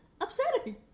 upsetting